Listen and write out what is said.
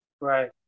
Right